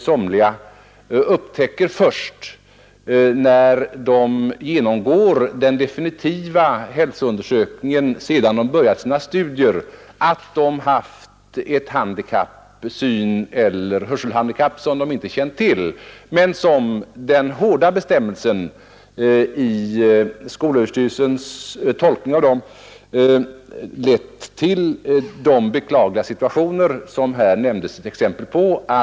Somliga upptäcker först Nr 151 när de genomgår den definitiva Hälsonndersökitingen; sedan 86 börjat sina Torsdagen den studier, att de har ett syneller hörselhandikapp som de inte känt till 16 december 1971 men som den hårda bestämmelsen, i skolöverstyrelsens tolkning av den, — leder till sådana beklagliga situationer som här nämndes exempel på och Ang.